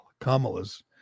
Kamala's